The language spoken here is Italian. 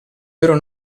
vero